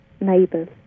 neighbors